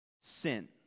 Sin